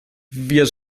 wir